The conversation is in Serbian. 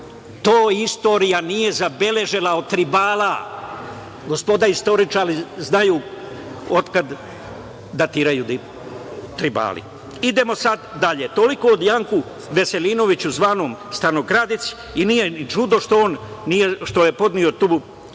To istorija nije zabeležila od Tribala. Gospoda istoričari znaju otkada datiraju Tribali. Idemo sada dalje. Toliko o Janku Veselinoviću, zvanom stanokradic i nije ni čudo što je podneo tu